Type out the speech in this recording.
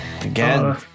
Again